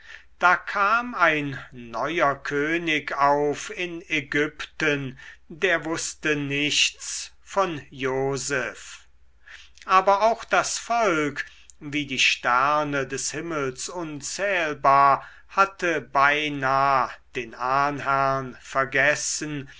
da kam ein neuer könig auf in ägypten der wußte nichts von joseph aber auch das volk wie die sterne des himmels unzählbar hatte beinah den ahnherrn vergessen